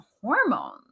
hormones